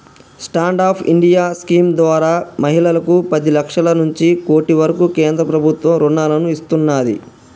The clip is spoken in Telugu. స్టాండ్ అప్ ఇండియా స్కీమ్ ద్వారా మహిళలకు పది లక్షల నుంచి కోటి వరకు కేంద్ర ప్రభుత్వం రుణాలను ఇస్తున్నాది